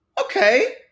okay